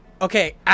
Okay